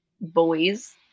boys